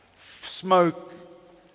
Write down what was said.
Smoke